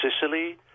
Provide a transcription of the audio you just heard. Sicily